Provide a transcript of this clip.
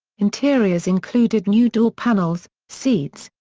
interiors included new door panels, seats,